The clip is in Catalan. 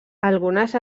algunes